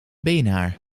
beenhaar